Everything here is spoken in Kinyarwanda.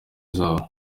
zabo